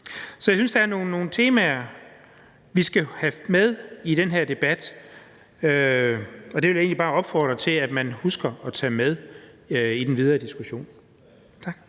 Jeg synes, der er nogle temaer, vi skal have med i den her debat, og det vil jeg egentlig bare opfordre til at man husker at tage med i den videre diskussion.